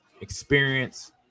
experience